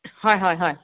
হয় হয় হয়